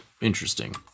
interesting